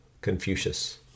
Confucius